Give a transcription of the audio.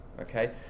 okay